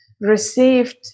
received